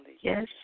Yes